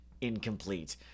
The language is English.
incomplete